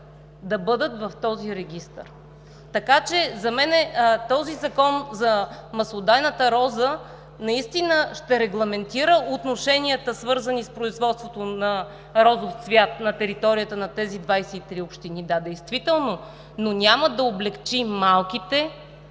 да бъдат в този регистър. За мен този Закон за маслодайната роза наистина ще регламентира отношенията, свързани с производството на розов цвят на територията на тези 23 общини – да, действително, но няма да облекчи малките